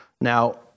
Now